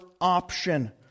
option